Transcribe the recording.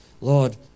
Lord